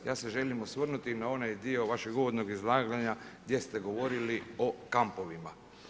Ja se želim osvrnuti na onaj dio vašeg uvodnog izlaganja gdje ste govorili o kampovima.